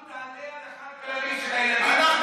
אמרנו: תעלה על החד-פעמי של הילדים יותר,